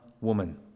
woman